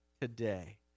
today